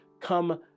Come